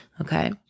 Okay